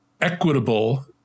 equitable